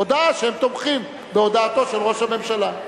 הודעה שהם תומכים בהודעתו של ראש הממשלה.